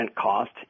cost